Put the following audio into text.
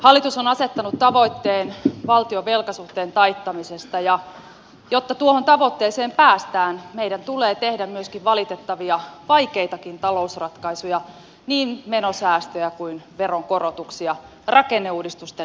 hallitus on asettanut tavoitteen valtion velkasuhteen taittamisesta ja jotta tuohon tavoitteeseen päästään meidän tulee tehdä myöskin valitettavia vaikeitakin talousratkaisuja niin menosäästöjä kuin veronkorotuksia rakenneuudistusten lisäksi